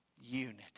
unity